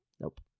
Nope